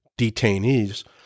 detainees